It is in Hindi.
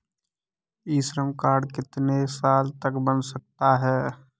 ई श्रम कार्ड कितने साल तक बन सकता है?